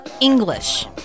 English